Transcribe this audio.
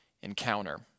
encounter